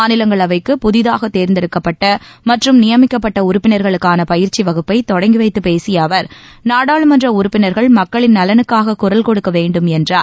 மாநிலங்களவைக்கு புதிதாக தேர்ந்தெடுக்கப்பட்ட மற்றும் நியமிக்கப்பட்ட உறுப்பினர்களுக்கான பயிற்சி வகுப்பை தொடங்கி வைத்துப் பேசிய அவர் நாடாளுமன்ற உறுப்பினர்கள் மக்களின் நலனுக்காக குரல் கொடுக்க வேண்டும் என்றார்